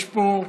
יש פה,